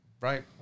right